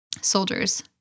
soldiers